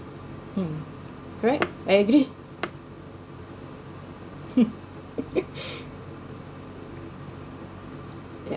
um right I agree yup